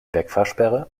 wegfahrsperre